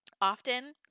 often